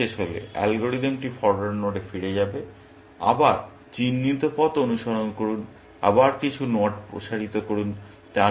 একবার এটি শেষ হলে অ্যালগরিদমটি ফরোয়ার্ড নোডে ফিরে যাবে আবার চিহ্নিত পথ অনুসরণ করুন আবার কিছু নোড প্রসারিত করুন